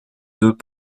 deux